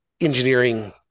engineering